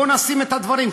בואו נשים את הדברים.